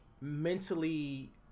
mentally